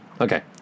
Okay